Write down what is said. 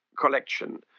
collection